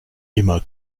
immer